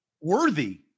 Worthy